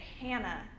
Hannah